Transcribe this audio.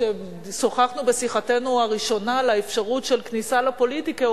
כששוחחנו בשיחתנו הראשונה על האפשרות של כניסה לפוליטיקה,